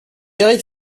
éric